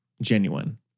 genuine